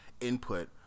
input